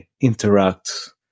interact